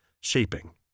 shaping